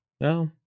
No